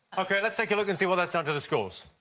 ok, let's take a look and see what that's done to the scores.